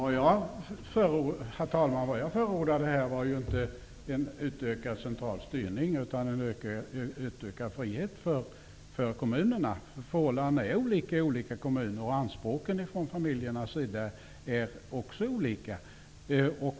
Herr talman! Vad jag här förordade var inte en utökad centralstyrning utan en utökad frihet för kommunerna. Förhållandena är olika i olika kommuner, och anspråken från familjerna är också olika.